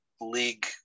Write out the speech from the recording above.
league